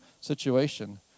situation